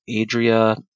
Adria